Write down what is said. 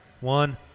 One